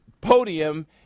podium